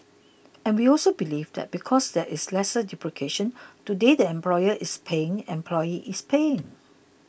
and we also believe that because there is lesser duplication today the employer is paying employee is paying